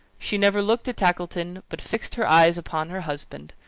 she never looked at tackleton, but fixed her eyes upon her husband.